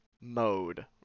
mode